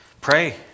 pray